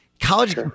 college